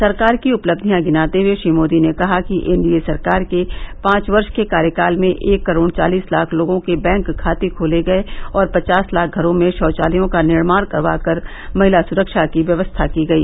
सरकार की उपलब्धियां गिनाते हुए श्री मोदी ने कहा की एनडीए सरकार के पांच वर्ष के कार्यकाल में एक करोड़ चालिस लाख लोगों के बैंक खाते खोले गए और पचास लाख घरों में शौचालयों का निर्माण करवा कर महिला सुरक्षा की व्यवस्था की गई